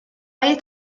های